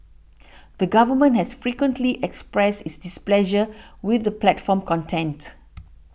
the government has frequently expressed its displeasure with the platform's content